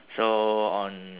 so on